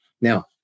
Now